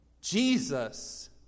Jesus